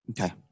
Okay